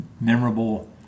memorable